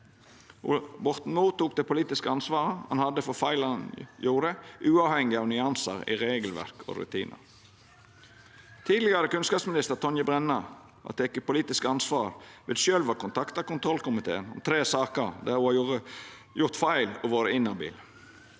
Borten Moe tok det politiske ansvaret han hadde for feil han gjorde, uavhengig av nyansar i regelverk og rutinar. Tidlegare kunnskapsminister Tonje Brenna har teke politisk ansvar ved sjølv å kontakta kontrollkomiteen om tre saker der ho har gjort feil og vore inhabil.